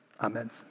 Amen